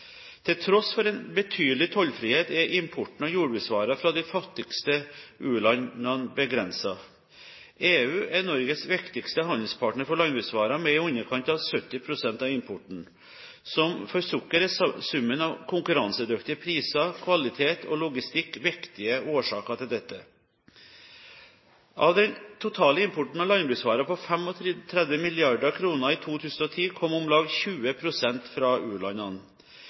Til tross for en betydelig tollfrihet er importen av jordbruksvarer fra de fattigste u-landene begrenset. EU er Norges viktigste handelspartner for landbruksvarer med i underkant av 70 pst. av importen. Som for sukker er summen av konkurransedyktige priser, kvalitet og logistikk viktige årsaker til dette. Av den totale importen av landbruksvarer på 35 mrd. kr i 2010 kom om lag 20 pst. fra